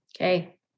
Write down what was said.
Okay